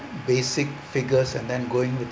basic figures and then going with the